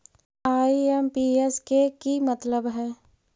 IMPS के कि मतलब है?